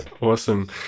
Awesome